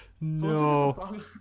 No